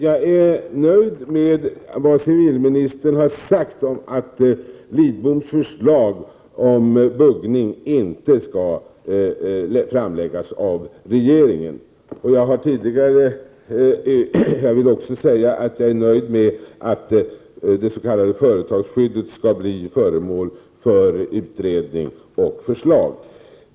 Jag är nöjd med vad civilministern har sagt om att Lidboms förslag om buggning inte skall framläggas av regeringen. Jag är också nöjd med att det s.k. företagsskyddet skall bli föremål för utredning och förslag.